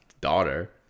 daughter